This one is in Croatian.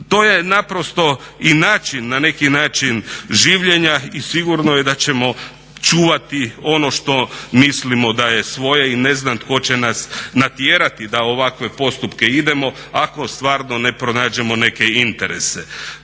To je naprosto i način na neki način življenja i sigurno je da ćemo čuvati ono što mislimo da je svoje i ne znam tko će nas natjerati da u ovakve postupke idemo ako stvarno ne pronađemo neke interese.